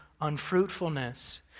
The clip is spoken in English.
unfruitfulness